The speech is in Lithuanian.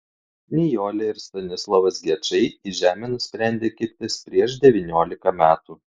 nijolė ir stanislovas gečai į žemę nusprendė kibtis prieš devyniolika metų